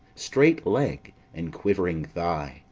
straight leg, and quivering thigh,